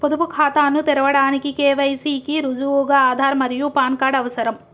పొదుపు ఖాతాను తెరవడానికి కే.వై.సి కి రుజువుగా ఆధార్ మరియు పాన్ కార్డ్ అవసరం